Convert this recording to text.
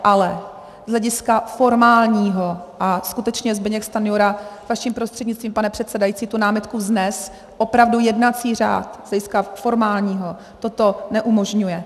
Ale z hlediska formálního a skutečně Zbyněk Stanjura vaším prostřednictvím, pane předsedající tu námitku vznesl opravdu jednací řád z hlediska formálního toto neumožňuje.